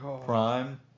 Prime